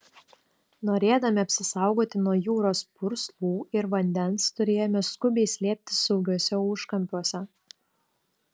norėdami apsisaugoti nuo jūros purslų ir vandens turėjome skubiai slėptis saugiuose užkampiuose